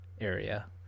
area